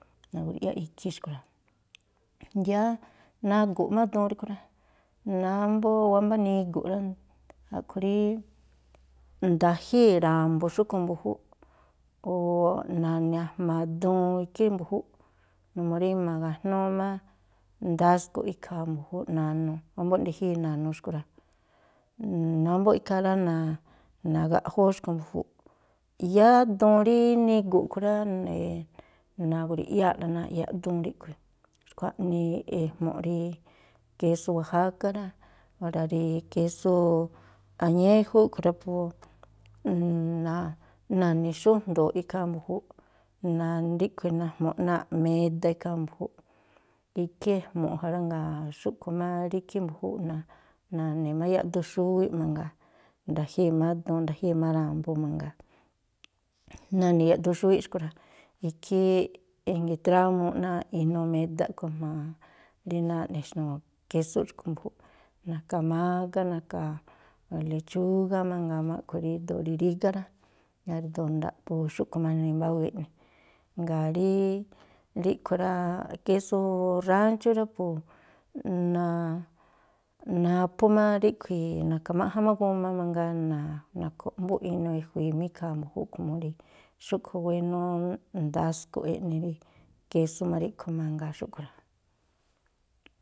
Na̱grui̱ꞌyáꞌ ikhí xkui̱ rá. Yáá nagu̱ꞌ má duun ríꞌkhui̱ rá. wámbá nigu̱ꞌ rá, a̱ꞌkhui̱ rí nda̱jíi̱ ra̱mbu̱ xúꞌkhui̱ mbu̱júúꞌ o̱ na̱ni̱ a̱jma̱ duun ikhí mbu̱júúꞌ, numuu rí ma̱ga̱jnúú má ndasko̱ꞌ ikhaa mbu̱júúꞌ. Na̱nu̱, wámbóꞌ nde̱jíi̱ na̱nu̱ xkui̱ rá. wámbóꞌ ikhaa rá, na̱gaꞌjóó xkui̱ mbu̱júúꞌ. Yáá duun rí nigu̱ꞌ a̱ꞌkhui̱ rá. na̱grui̱ꞌyáa̱ꞌla náa̱ꞌ yaꞌduun riꞌkhui̱. Xkua̱ꞌnii ejmu̱ꞌ rí késú oajáká rá. Ora̱ rí késú añéjú a̱ꞌkhui̱ rá, po na̱ni̱ xú jndo̱o̱ꞌ ikhaa mbu̱júúꞌ, ríꞌkhui̱ najmu̱ꞌ náa̱ꞌ meda ikhaa mbu̱júúꞌ. Ikhí ejmu̱ꞌ ja rá. Jngáa̱ xúꞌkhui̱ má rí ikhí mbu̱júúꞌ, na̱ na̱ni̱ má yaꞌdun xúwíꞌ mangaa. Nda̱jíi̱ má duun nda̱jíi̱ má ra̱mbu̱ mangaa, na̱ni yaꞌduxúwíꞌ xkui̱ rá. Ikhí e̱jngi̱trámuuꞌ náa̱ꞌ inuu meda a̱ꞌkhui̱ jma̱a rí náa̱ꞌ ne̱xnu̱u̱ késúꞌ xkui̱ mbu̱júúꞌ, na̱ka̱ mágá, na̱ka̱ lechúgá mangaa má a̱ꞌkhui̱ ríndo̱o rí rígá. Jngáa̱ ríndo̱o nda̱a̱ꞌ po xúꞌkhui̱ má jnii mbáwii eꞌni. Jngáa̱ rí ríꞌkhui̱ rá, késú ránchú rá po na, naphú má ríꞌkhui̱, na̱kha̱máꞌ ján má guma mangaa, na̱ na̱khu̱ꞌmbúꞌ inuu e̱jui̱i má ikhaa mbu̱júúꞌ komo rí xúꞌkhui̱ wénú ndasko̱ꞌ eꞌni rí késú má ríꞌkhui̱ mangaa xúꞌkhui̱ rá.